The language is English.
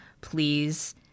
Please